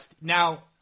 Now